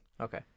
okay